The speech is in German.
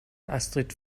astrid